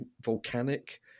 volcanic